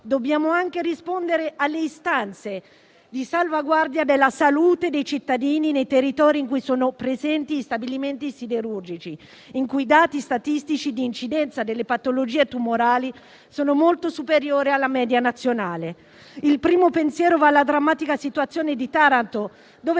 dobbiamo anche rispondere alle istanze di salvaguardia della salute dei cittadini nei territori in cui sono presenti stabilimenti siderurgici, in cui i dati statistici di incidenza delle patologie tumorali sono molto superiori alla media nazionale. Il primo pensiero va alla drammatica situazione di Taranto, dove